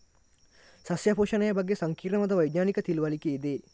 ಸಸ್ಯ ಪೋಷಣೆಯ ಬಗ್ಗೆ ಸಂಕೀರ್ಣವಾದ ವೈಜ್ಞಾನಿಕ ತಿಳುವಳಿಕೆ ಇದೆ